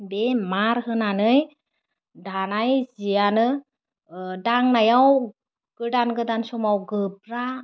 बे मार होनानै दानाय जियानो दांनायाव गोदान गोदान समाव गोब्रा